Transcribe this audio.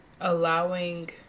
allowing